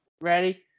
Ready